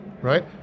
right